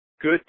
good